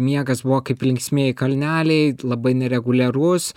miegas buvo kaip linksmieji kalneliai labai nereguliarus